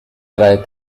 trae